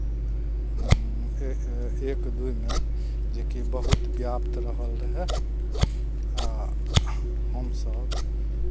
एक एक दुइमे जेकि बहुत व्याप्त रहल रहय आ हमसभ